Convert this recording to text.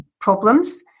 problems